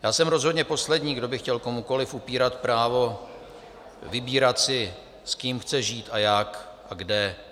Já jsem rozhodně poslední, kdo by chtěl komukoliv upírat právo si vybírat, s kým chce žít a jak a kde.